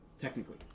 technically